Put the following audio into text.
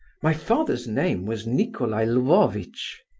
my father's name was nicolai lvovitch.